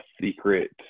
secret